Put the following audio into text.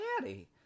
daddy